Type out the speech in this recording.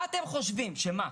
מה אתם חושבים שמה?